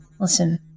Listen